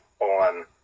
on